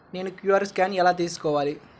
నేను QR scan ఎలా తీసుకోవాలి?